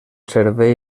servei